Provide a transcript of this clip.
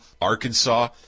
Arkansas